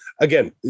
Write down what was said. again